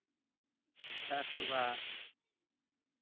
pressure sugar